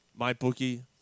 MyBookie